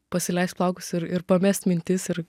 pasileist plaukus ir ir pamest mintis ir